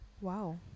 wow